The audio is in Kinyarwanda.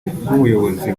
rw’ubuyobozi